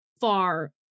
far